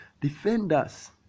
defenders